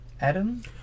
Adam